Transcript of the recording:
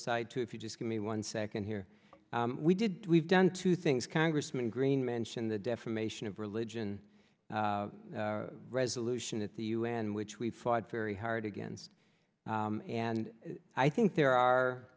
side too if you just give me one second here we did we've done two things congressman green mention the defamation of religion resolution at the u n which we fought very hard against and i think there are